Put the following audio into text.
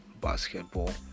basketball